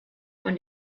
von